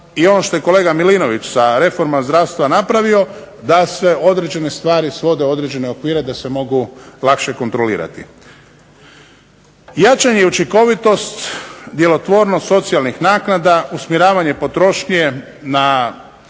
i ono što je kolega Milinović sa reformama zdravstva napravio da se određene stvari svode u određene okvire da se mogu lakše kontrolirati. Jačanje i učinkovitost, djelotvornost socijalnih naknada, usmjeravanje potrošnje na